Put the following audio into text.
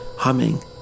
humming